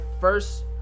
first